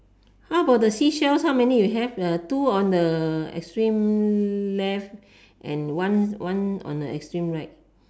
how about the seashells how many you have two on the extreme left and one one on the extreme right